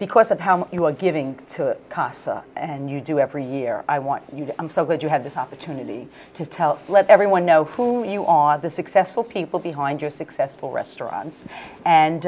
because of how you were giving to casa and you do every year i want you to i'm so glad you had this opportunity to tell let everyone know who you are the successful people behind your successful restaurants and